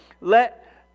let